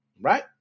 Right